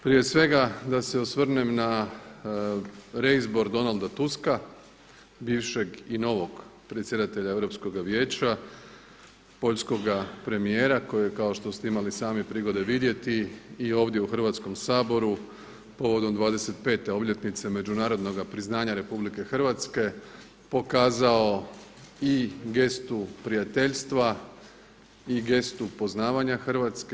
Prije svega da se osvrnem na reizbor Donalda Tuska, bivšeg i novog predsjedatelja Europskoga vijeća, poljskoga premijera kojeg kao što ste imali sami prigode vidjeti i ovdje u Hrvatskom saboru povodom 25 obljetnice međunarodnog priznanja Republike Hrvatske pokazao i gestu prijateljstva i gestu poznavanja Hrvatske.